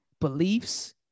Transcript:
Beliefs